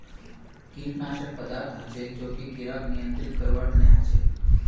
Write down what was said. कीटनाशक पदार्थ हछेक जो कि किड़ाक नियंत्रित करवार तना हछेक